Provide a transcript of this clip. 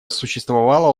существовало